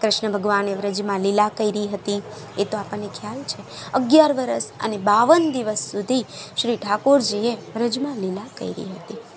ક્રૃષ્ણ ભગવાને વ્રજમાં લીલા કરી હતી એતો આપણને ખ્યાલ છે અગિયાર વર્ષ અને બાવ્વન દિવસ સુધી શ્રી ઠાકોરજીએ વ્રજમાં લીલા કરી હતી